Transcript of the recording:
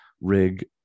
rig